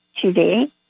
today